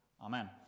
amen